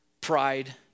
pride